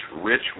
rich